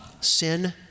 Sin